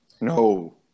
no